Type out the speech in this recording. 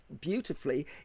beautifully